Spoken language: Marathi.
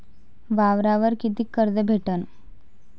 वावरावर कितीक कर्ज भेटन?